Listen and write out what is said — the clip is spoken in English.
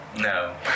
No